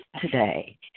today